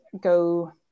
go